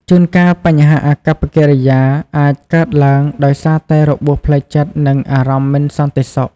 ជួនកាលបញ្ហាអាកប្បកិរិយាអាចកើតឡើងដោយសារតែរបួសផ្លូវចិត្ត ឬអារម្មណ៍មិនសន្តិសុខ។